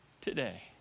today